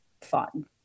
fun